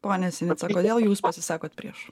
pone sinica todėl jūs pasisakot prieš